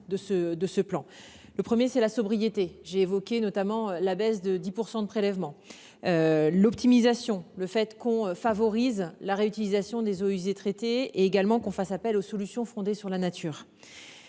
de ce plan le 1er c'est la sobriété. J'ai évoqué notamment la baisse de 10% de prélèvements. L'optimisation, le fait qu'on favorise la réutilisation des eaux usées traitées également qu'on fasse appel aux solutions fondées sur la nature.